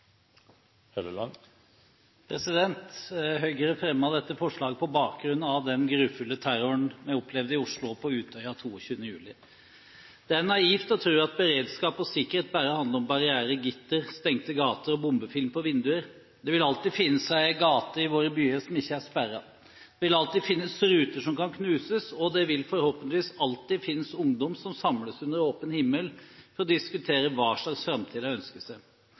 Høyre fremmet dette forslaget på bakgrunn av den grufulle terroren vi opplevde i Oslo og på Utøya 22. juli. Det er naivt å tro at beredskap og sikkerhet bare handler om barrierer, gitter, stengte gater og bombefilm på vinduer. Det vil alltid finnes en gate i våre byer som ikke er sperret. Det vil alltid finnes ruter som kan knuses, og det vil, forhåpentligvis, alltid finnes ungdom som samles under åpen himmel for å diskutere hva slags framtid de ønsker seg.